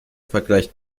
vergleicht